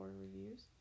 reviews